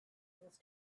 was